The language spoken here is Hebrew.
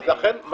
אז לכן,